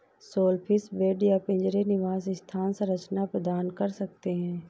shellfish bed या पिंजरे निवास स्थान संरचना प्रदान कर सकते हैं